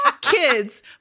kids